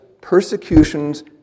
persecutions